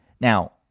Now